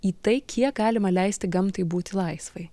į tai kiek galima leisti gamtai būti laisvai